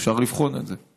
אפשר לבחון את זה.